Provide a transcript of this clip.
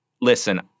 listen